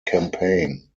campaign